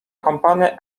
company